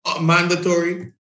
mandatory